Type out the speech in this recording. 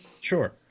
Sure